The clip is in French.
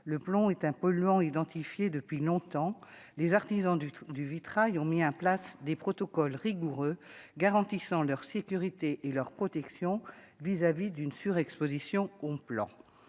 le plomb est un polluant identifié depuis longtemps les artisans du du vitrail, ont mis en place des protocoles rigoureux garantissant leur sécurité et leur protection vis-à-vis d'une surexposition au plan